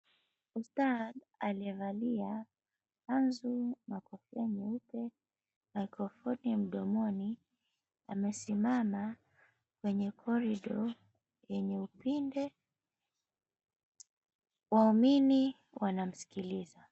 Ustadh, aliyevelia kanzu na kofia nyeupe, maikrofoni mdomoni. Amesimama kwenye corridor yenye upinde. Waumini wanamsikiliza.